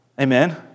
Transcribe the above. Amen